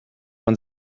man